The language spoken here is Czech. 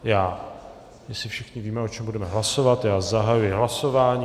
Jestli všichni víme, o čem budeme hlasovat, zahajuji hlasování.